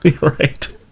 right